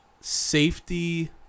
Safety